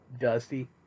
dusty